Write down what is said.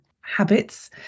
habits